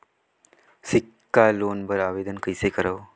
सिक्छा लोन बर आवेदन कइसे करव?